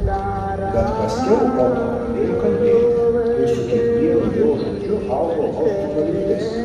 bet paskiau oto pradėjo kalbėti ir su kiekvienu jo žodžiu augo hofmano viltis